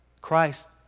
Christ